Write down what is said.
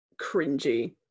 cringy